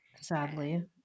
Sadly